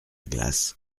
glace